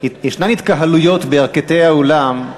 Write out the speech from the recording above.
יש התקהלויות בירכתי האולם,